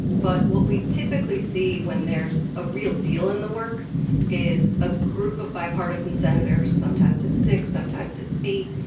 but what we typically see when there's a real deal in the works is a group of bipartisan senators sometimes, it's six. sometimes, it's eight.